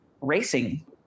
racing